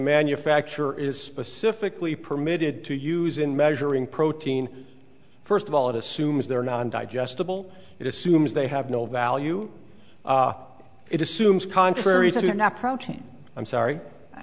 manufacturer is specifically permitted to use in measuring protein first of all it assumes there are non digestible it assumes they have no value it assumes contrary to the naproxen i'm sorry i